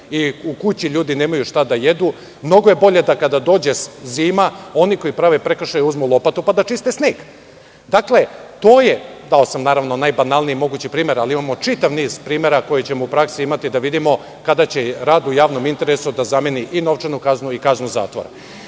u kući nemaju šta da jedu? Mnogo je bolje da, kada dođe zima, oni koji prave prekršaj uzmu lopatu, pa da čiste sneg. Dao sam, naravno, najbanalniji mogući primer, ali imamo čitav niz primera koje ćemo u praksi imati da vidimo, kada će rad u javnom interesu da zameni i novčanu kaznu i kaznu zatvora. Jednom